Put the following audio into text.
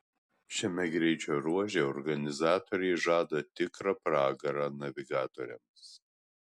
šiame greičio ruože organizatoriai žada tikrą pragarą navigatoriams